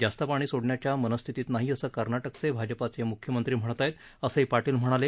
जास्त पाणी सोडण्याच्या मनस्थितीत नाही असं कर्नाटकाचे भाजपाचे मुख्यमंत्री म्हणत आहेत असंही पाटील म्हणाले